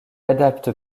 adapte